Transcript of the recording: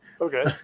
Okay